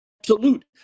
Absolute